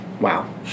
Wow